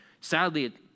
sadly